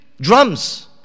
drums